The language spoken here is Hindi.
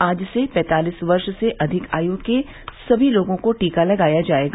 आज से पैंतालीस वर्ष से अधिक आय के समी लोगों को टीका लगाया जाएगा